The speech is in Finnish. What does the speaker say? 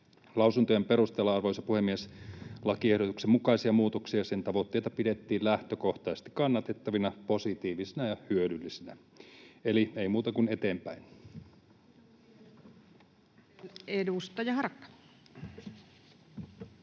Lausuntojen perusteella, arvoisa puhemies, lakiehdotuksen mukaisia muutoksia ja sen tavoitteita pidettiin lähtökohtaisesti kannatettavina, positiivisina ja hyödyllisinä, eli ei muuta kuin eteenpäin. [Speech 140]